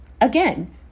Again